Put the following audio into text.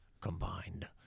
combined